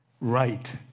right